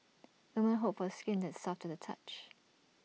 the men hope for skin that soft to the touch